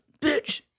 Bitch